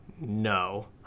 No